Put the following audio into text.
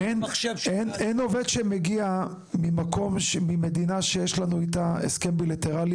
הן עובד שמגיע ממדינה שיש לנו איתה הסכם בילטרלי